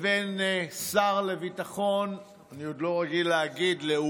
והשר לביטחון, אני עוד לא רגיל ל"לאומי"